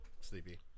sleepy